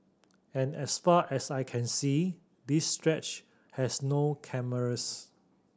and as far as I can see this stretch has no cameras